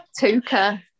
Tuka